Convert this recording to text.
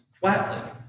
flatly